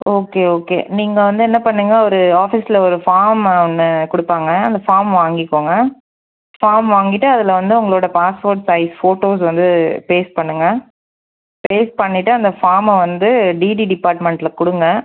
okay okay நீங்கள் வந்து என்ன பண்ணுங்கள் ஒரு ஆஃபீஸ்ல ஒரு ஃபார்ம் ஒன்று கொடுப்பாங்க அந்த ஃபார்ம் வாங்கிக்கோங்கள் ஃபார்ம் வாங்கிட்டு அதில் வந்து உங்களோட பாஸ்போர்ட் சைஸ் ஃபோட்டோஸ் வந்து பேஸ்ட் பண்ணுங்கள் பேஸ்ட் பண்ணிட்டு அந்த ஃபார்மை வந்து டிடி டிப்பார்ட்மெண்ட்ல கொடுங்க